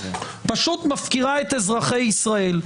פשוט מפקירה את אזרחי ישראל.